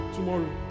Tomorrow